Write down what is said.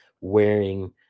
wearing